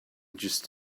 just